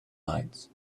lights